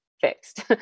fixed